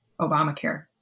Obamacare